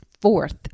Fourth